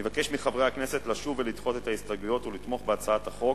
אני מבקש מחברי הכנסת לשוב ולדחות את ההסתייגויות ולתמוך בהצעת החוק